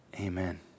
Amen